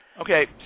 Okay